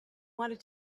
wanted